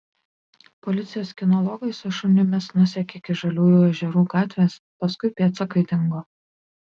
policijos kinologai su šunimis nusekė iki žaliųjų ežerų gatvės paskui pėdsakai dingo